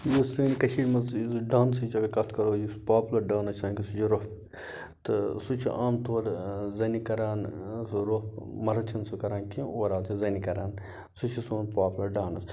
یُس سانہِ کٔشیٖرِ منٛز یُس ڈانسٕچ اگر کَتھ کَرو یُس پاپلَر ڈانٕس سانہِ سُہ چھِ روٚف تہٕ سُہ چھُ عام طور زَنہِ کَران سُہ روٚف مَرد چھِنہٕ سُہ کَران کیٚنٛہہ اوٚوَر آل چھِ زَنہِ کَران سُہ چھِ سون پاپلَر ڈانٕس